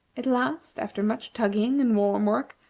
at last, after much tugging and warm work,